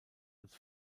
als